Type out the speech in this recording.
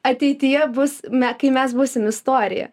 ateityje bus me kai mes būsim istorija